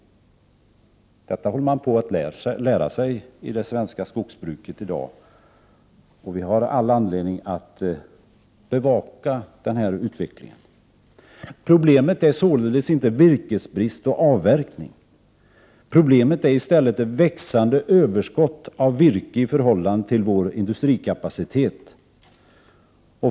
Detta håller man på att lära sig i det svenska skogsbruket i dag, och vi har all anledning att bevaka den utvecklingen. Problemet är således inte virkesbrist och avverkning. Problemet är i stället ett växande överskott av virke i förhållande till industrikapaciteten.